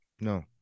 no